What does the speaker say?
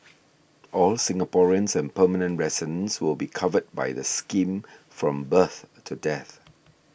all Singaporeans and permanent residents will be covered by the scheme from birth to death